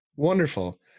Wonderful